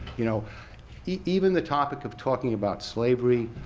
you know even the topic of talking about slavery,